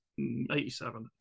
87